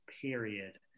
period